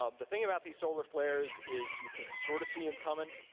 ah the thing about these solar flares is you can sorta see them coming,